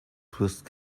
twixt